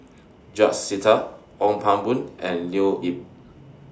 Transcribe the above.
George Sita Ong Pang Boon and Leo Yip